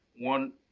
one